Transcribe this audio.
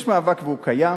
יש מאבק והוא קיים.